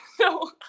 No